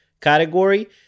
category